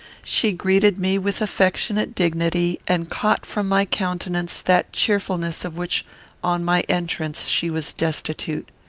she greeted me with affectionate dignity, and caught from my countenance that cheerfulness of which on my entrance she was destitute.